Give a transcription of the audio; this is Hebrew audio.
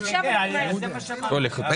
עכשיו --- זה מה שאמרתי.